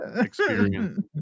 experience